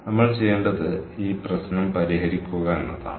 നമ്മൾ ചെയ്യേണ്ടത് ഈ പ്രശ്നം പരിഹരിക്കുക എന്നതാണ്